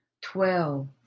twelve